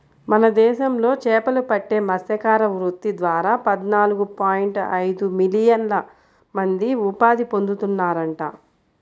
మన దేశంలో చేపలు పట్టే మత్స్యకార వృత్తి ద్వారా పద్నాలుగు పాయింట్ ఐదు మిలియన్ల మంది ఉపాధి పొందుతున్నారంట